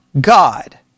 God